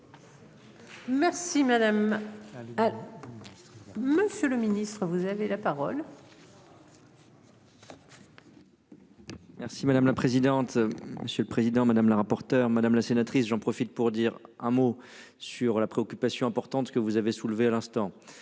Merci madame la présidente. Monsieur le président, madame la rapporteure madame la sénatrice, j'en profite pour dire un mot sur la préoccupation importante ce que vous avez soulevée à l'instant.